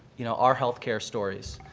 you know, our health care stories.